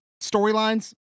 storylines